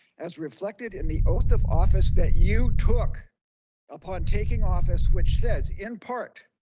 as reflected in the oath of office that you took upon taking office, which says in part,